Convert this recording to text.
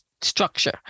structure